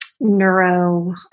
neuro